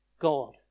God